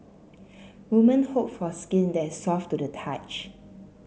women hope for skin that is soft to the touch